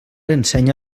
ensenya